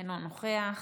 אינו נוכח.